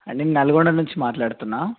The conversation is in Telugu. అండి నల్గొండ నుంచి మాట్లాడుతున్నాను